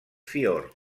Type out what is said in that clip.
fiord